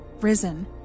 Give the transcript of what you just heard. risen